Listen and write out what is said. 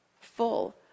full